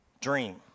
dream